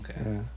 Okay